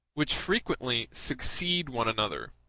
which frequently succeed one another.